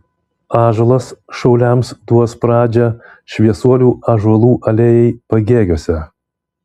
ąžuolas šauliams duos pradžią šviesuolių ąžuolų alėjai pagėgiuose